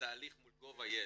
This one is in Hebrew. לתהליך מול GOV.IL